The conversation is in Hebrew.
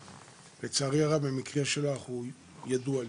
לצערי הרב המקרה שלך ידוע לי.